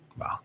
Wow